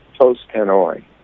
post-Hanoi